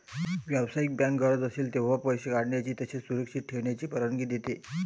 व्यावसायिक बँक गरज असेल तेव्हा पैसे काढण्याची तसेच सुरक्षित ठेवण्याची परवानगी देते